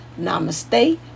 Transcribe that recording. Namaste